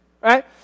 right